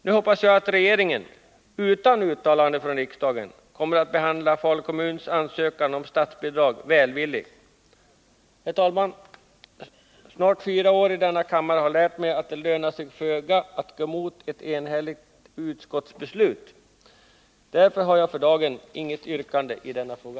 Nu hoppas jag att regeringen — utan uttalande från riksdagen — kommer att behandla Falu kommuns ansökan om statsbidrag välvilligt. Herr talman! Snart fyra år i denna kammare har lärt mig att det lönar sig föga att gå emot ett enhälligt utskotts beslut. Därför har jag för dagen inget yrkande i denna fråga.